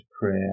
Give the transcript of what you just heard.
prayer